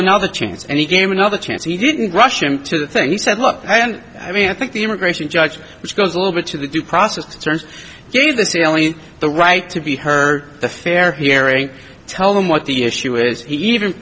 another chance and he gave him another chance he didn't rush him to the thing he said look i and i mean i think the immigration judge which goes a little bit to the due process turns gave the ceiling the right to be heard the fair hearing tell them what the issue is he even